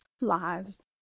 lives